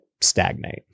stagnate